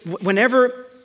whenever